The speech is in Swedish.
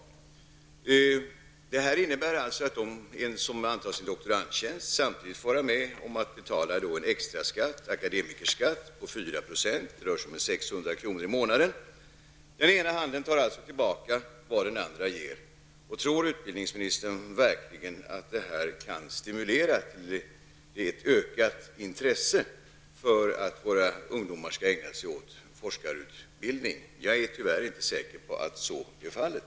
Detta innebär alltså att de som antas till doktorandtjänst samtidigt får vara med om att betala en extraskatt, en akademikerskatt på 4 %, och det rör sig om 600 kr. i månaden. Den ena handen tar alltså tillbaka vad den andra ger. Tror utbildningsministern verkligen att det här kan stimulera till ett ökat intresse hos våra ungdomar att ägna sig åt forskarutbildning? Jag är tyvärr inte säker på att så är fallet.